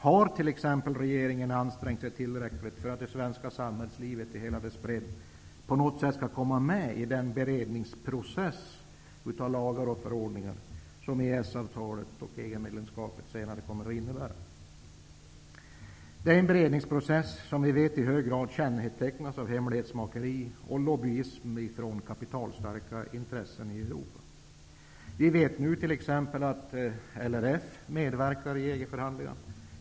Har t.ex. regeringen ansträngt sig tillräckligt för att det svenska samhällslivet i hela dess bredd på något sätt skall komma med i den beredningsprocess av lagar och förordningar som EES-avtalet och EG-medlemskapet senare kommer att medföra? Det är en beredningsprocess som i hög grad kännetecknas av hemlighetsmakeri och lobbyism från kapitalstarka intressen i Europa. Vi vet nu att t.ex. LRF medverkar i EG förhandlingar.